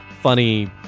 funny